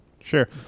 Sure